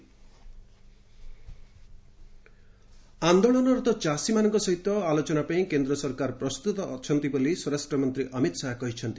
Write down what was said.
ଅମିତ୍ ଶାହା ଆନ୍ଦୋଳନରତ ଚାଷୀମାନଙ୍କ ସହିତ ଆଲୋଚନା ପାଇଁ କେନ୍ଦ୍ର ସରକାର ପ୍ରସ୍ତୁତ ଅଛନ୍ତି ବୋଲି ସ୍ୱରାଷ୍ଟ୍ର ମନ୍ତ୍ରୀ ଅମିତ୍ ଶାହା କହିଛନ୍ତି